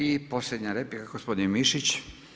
I posljednja replika, gospodin Mišić.